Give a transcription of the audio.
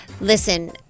listen